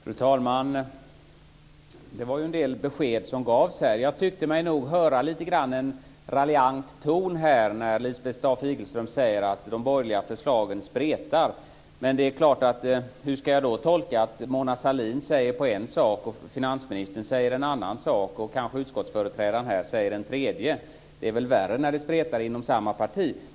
Fru talman! Det var en del besked som gavs här. Jag tyckte mig höra en lite raljant ton när Lisbeth Staaf-Igelström sade att de borgerliga förslagen spretar. Hur ska jag då tolka att Mona Sahlin säger en sak och finansministern säger en annan sak? Utskottsföreträdaren här säger kanske en tredje. Det är väl värre när det spretar inom samma parti?